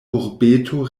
urbeto